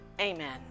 Amen